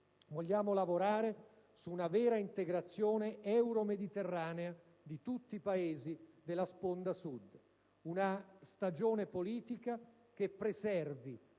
Vogliamo lavorare su una vera integrazione euromediterranea di tutti i Paesi della sponda Sud: una stagione politica che,